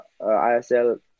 ISL